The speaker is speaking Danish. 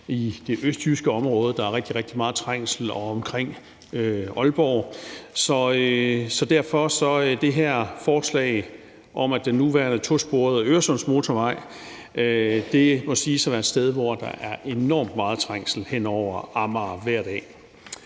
i det østjyske område, der er rigtig, rigtig meget trængsel, og omkring Aalborg. Så derfor er der det her forslag om den nuværende tosporede Øresundsmotorvej hen over Amager, og det må siges at være et sted, hvor der er enormt meget trængsel hver dag. Den her